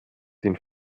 den